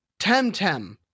Temtem